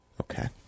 Okay